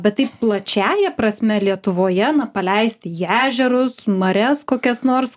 bet taip plačiąja prasme lietuvoje na paleisti į ežerus marias kokias nors